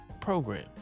program